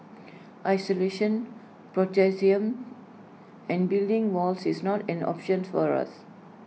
isolation and building walls is not an option for us